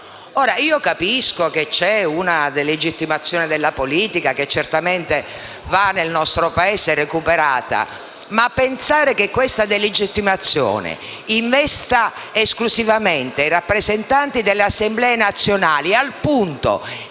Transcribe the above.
oscura. Capisco che c'è una delegittimazione della politica, che certamente nel nostro Paese va recuperata, ma pensare che questa delegittimazione investa esclusivamente i rappresentanti delle Assemblee nazionali, al punto